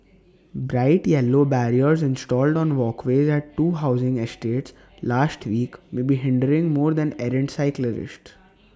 bright yellow barriers installed on walkways at two housing estates last week may be hindering more than errant cyclists